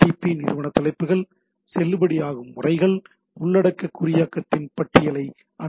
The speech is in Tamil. நிறுவன தலைப்புகள் செல்லுபடியாகும் முறைகள் உள்ளடக்க குறியாக்கத்தின் பட்டியலை அனுமதிக்கும்